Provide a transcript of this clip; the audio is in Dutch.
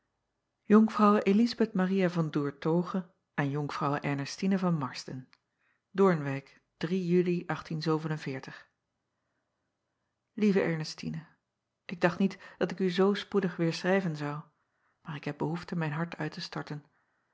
onkvrouwe lizabeth aria van oertoghe aan onkvrouwe rnestine van arsden oornwijck uli ieve rnestine k dacht niet dat ik u zoo spoedig weêr schrijven zou maar ik heb behoefte mijn hart uit te storten